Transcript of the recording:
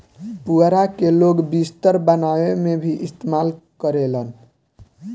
पुआरा के लोग बिस्तर बनावे में भी इस्तेमाल करेलन